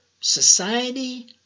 society